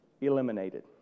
eliminated